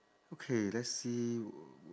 okay let's see w~